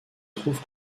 trouve